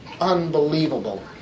unbelievable